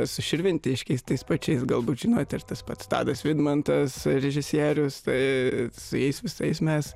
su širvintiškiais tais pačiais galbūt žinote ir tas pats tadas vidmantas režisierius tai su jais visais mes